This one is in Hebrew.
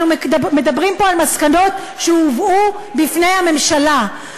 אנחנו מדברים פה על מסקנות שהובאו בפני הממשלה.